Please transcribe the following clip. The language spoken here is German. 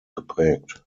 geprägt